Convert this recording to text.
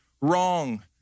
wrong